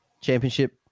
Championship